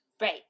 Right